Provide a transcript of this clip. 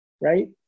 right